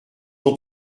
ont